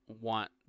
want